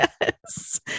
Yes